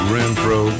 Renfro